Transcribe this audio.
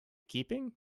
keeping